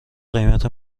قیمت